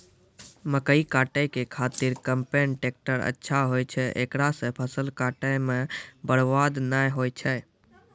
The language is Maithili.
मकई काटै के खातिर कम्पेन टेकटर अच्छा होय छै ऐकरा से फसल काटै मे बरवाद नैय होय छै?